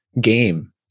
game